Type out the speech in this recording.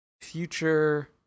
future